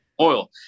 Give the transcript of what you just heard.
oil